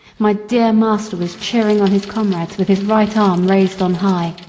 my dear master was cheering on his comrades with his right arm raised on high,